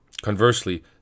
Conversely